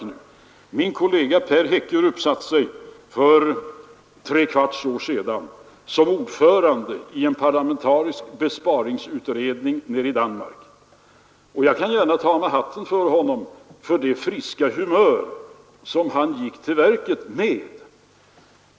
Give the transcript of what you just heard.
Min danske kollega Per Hekkerup satte sig för trekvarts år sedan som ordförande i en parlamentarisk besparingsutredning nere i Danmark. Jag kan gärna ta av mig hatten för honom med tanke på det friska humör han gick till verket med.